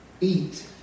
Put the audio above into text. eat